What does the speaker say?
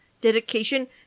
dedication